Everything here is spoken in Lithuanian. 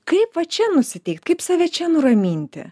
kai va čia nusiteikt kaip save čia nuraminti